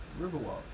Riverwalk